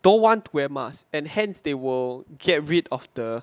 don't want to wear masks and hence they will get rid of the